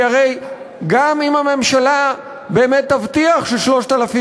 כי הרי גם אם הממשלה באמת תבטיח ש-3,000